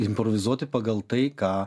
improvizuoti pagal tai ką